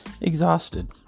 exhausted